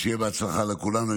שיהיה בהצלחה לכולנו.